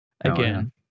again